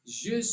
je